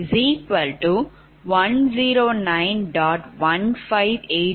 எனவே ʎʎ∆ʎ109